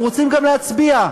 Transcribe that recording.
אנחנו רוצים גם להצביע.